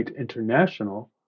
International